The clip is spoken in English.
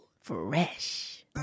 fresh